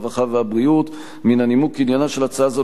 הרווחה והבריאות מן הנימוק כי עניינה של הצעה זו